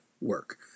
work